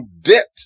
debt